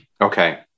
Okay